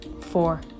four